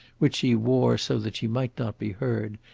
which she wore so that she might not be heard,